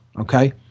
Okay